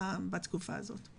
בתקופה הזו.